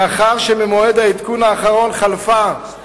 מאחר שממועד העדכון האחרון חלפה יותר משנה,